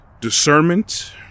discernment